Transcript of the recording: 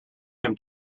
him